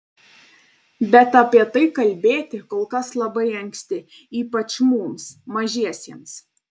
bet apie tai kalbėti kol kas labai anksti ypač mums mažiesiems